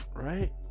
Right